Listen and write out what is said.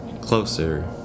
Closer